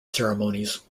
ceremonies